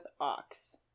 ox